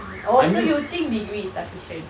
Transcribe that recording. oh so you think degree is sufficient